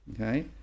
Okay